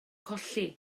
colli